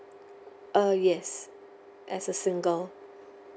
uh yes as a single